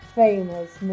famous